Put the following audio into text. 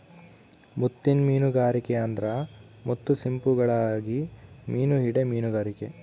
ಮುತ್ತಿನ್ ಮೀನುಗಾರಿಕೆ ಅಂದ್ರ ಮುತ್ತು ಸಿಂಪಿಗುಳುಗಾಗಿ ಮೀನು ಹಿಡೇ ಮೀನುಗಾರಿಕೆ